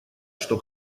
что